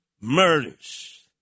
Murders